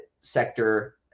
sector